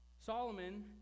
Solomon